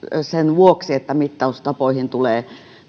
sen vuoksi että mittaustapoihin tulee